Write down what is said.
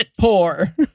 poor